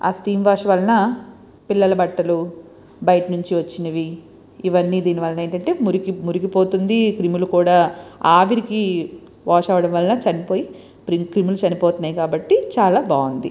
ఆ steam wash వలన పిల్లల బట్టలు బయట నుంచి వచ్చినవి ఇవన్నీ దీని వల్ల ఏంటంటే మురికి మురికి పోతుంది క్రిములు కూడా ఆవిరికి వాష్ అవ్వడం వల్ల చనిపోయి క్రిములు చనిపోతున్నాయి కాబట్టి చాలా బాగుంది